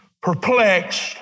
perplexed